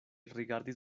rigardis